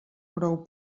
prou